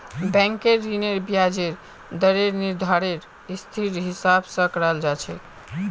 बैंकेर ऋनेर ब्याजेर दरेर निर्धानरेर स्थितिर हिसाब स कराल जा छेक